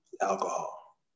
alcohol